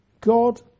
God